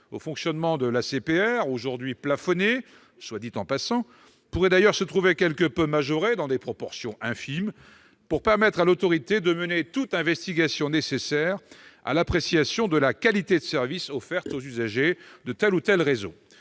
au fonctionnement de l'ACPR- aujourd'hui plafonnée, soit dit en passant -pourrait d'ailleurs se trouver quelque peu majorée, dans des proportions infimes, pour permettre à l'autorité de mener toute investigation nécessaire à l'appréciation de la « qualité de service » offerte aux usagers de tel ou tel réseau.